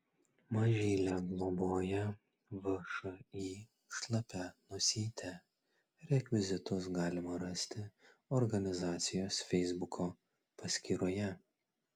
mažylę globoja všį šlapia nosytė rekvizitus galima rasti organizacijos feisbuko paskyroje